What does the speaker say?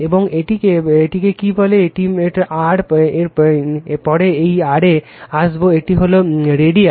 এবং এটিকে কি বলে এটি একটি r পরে এই r এ আসব এটি হলো রেডিয়াস